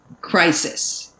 crisis